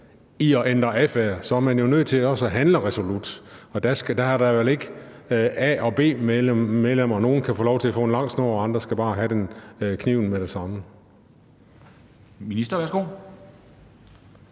til at ændre adfærd, så er man jo nødt til også at handle resolut. Og i forhold til det er der vel ikke A- og B-medlemmer, hvor nogle kan få lov til at få en lang snor, mens andre bare skal have kniven med det samme.